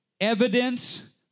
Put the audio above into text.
evidence